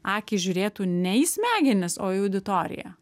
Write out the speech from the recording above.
akys žiūrėtų ne į smegenis o į auditoriją